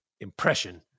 impression